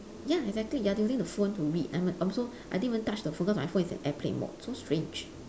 ya exactly you are using the phone to read I'm a also I didn't even touch the phone cause my phone is in airplane mode so strange